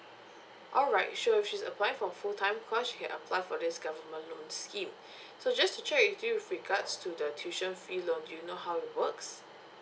alright sure if she's applying for full time course she can apply for this government loan scheme so just to check with you with regards to the tuition fee loan do you know how it works